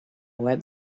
web